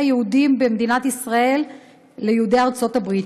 היהודים במדינת ישראל ליהודי ארצות הברית.